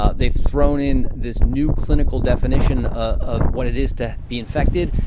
ah they've thrown in this new clinical definition of what it is to be infected,